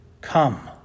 Come